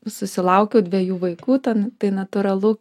susilaukiau dviejų vaikų ten tai natūralu